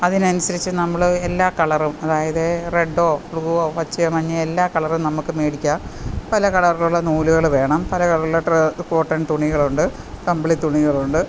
അതിന് അനുസരിച്ചു നമ്മൾ എല്ലാ കളറും അതായത് റെഡോ ബ്ലുവോ പച്ചയോ മഞ്ഞയോ എല്ലാ കളറും നമ്മൾക്ക് മേടിക്കാം പല കളറിലുള്ള നൂലുകൾ വേണം പല കളറിൽ കോട്ടൺ തുണികളുണ്ട് കമ്പിളി തുണികളുണ്ട്